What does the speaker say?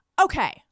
Okay